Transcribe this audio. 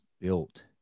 built